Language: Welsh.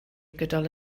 gydol